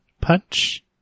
punch